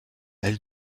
elle